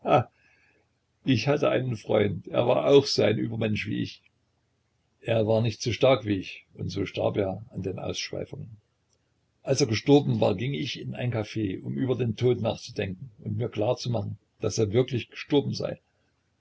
ich hatte einen freund er war auch so ein übermensch wie ich er war nicht so stark wie ich und so starb er an den ausschweifungen als er gestorben war ging ich in ein caf um über den tod nachzudenken und mir klar zu machen daß er wirklich gestorben sei